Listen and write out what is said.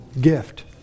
gift